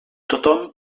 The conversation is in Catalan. tothom